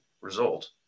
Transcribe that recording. result